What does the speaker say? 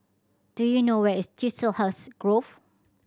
do you know where is Chiselhurst Grove